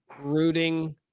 rooting